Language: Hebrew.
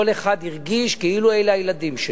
כל אחד הרגיש כאילו אלה הילדים שלו.